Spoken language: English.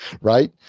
Right